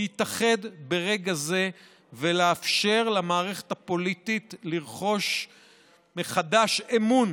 להתאחד ברגע זה ולאפשר למערכת הפוליטית לרכוש מחדש אמון